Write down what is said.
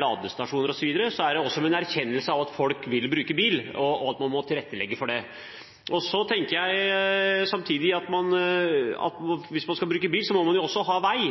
ladestasjoner osv., er det også som en erkjennelse av at folk vil bruke bil, og at man må tilrettelegge for det. Så tenker jeg samtidig at hvis man skal bruke bil, må man jo ha vei,